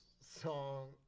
song